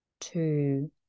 two